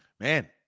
Man